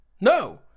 no